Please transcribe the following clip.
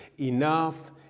Enough